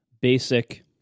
basic